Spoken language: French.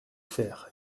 faire